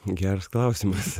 geras klausimas